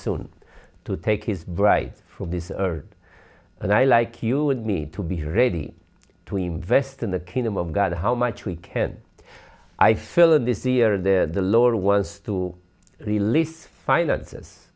soon to take his bright from this earth and i like you and me to be ready to invest in the kingdom of god how much we can i fill in this year of the lord was to release finances